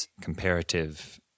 comparative